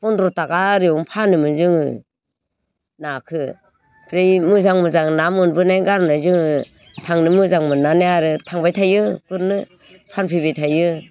फन्द्र' थाखा आरियावनो फानोमोन जोङो नाखो आमफ्राय मोजां मोजां ना मोनबोनाय गारनाय जोङो थांनो मोजां मोननानै आरो थांबाय थायो गुरनो फानफैबाय थायो